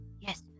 Yes